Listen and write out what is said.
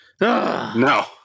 No